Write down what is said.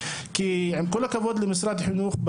כי עם כל הכבוד למשרד החינוך,